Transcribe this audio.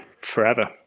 forever